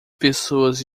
pessoas